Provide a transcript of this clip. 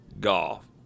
golf